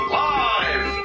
live